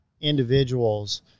individuals